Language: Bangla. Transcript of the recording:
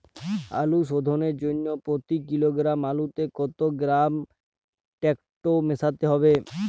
আলু শোধনের জন্য প্রতি কিলোগ্রাম আলুতে কত গ্রাম টেকটো মেশাতে হবে?